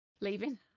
leaving